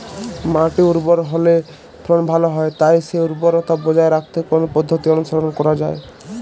মাটি উর্বর হলে ফলন ভালো হয় তাই সেই উর্বরতা বজায় রাখতে কোন পদ্ধতি অনুসরণ করা যায়?